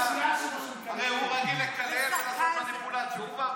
הוא רגיל לקלל ולעשות מניפולציות.